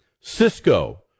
Cisco